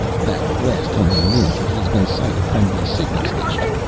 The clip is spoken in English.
that blast only means that he has been sighted from the signal station.